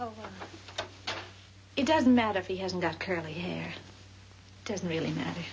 so it doesn't matter if he hasn't got curly hair doesn't really matter